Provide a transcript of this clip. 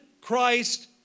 Christ